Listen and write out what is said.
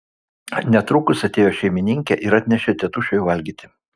netrukus atėjo šeimininkė ir atnešė tėtušiui valgyti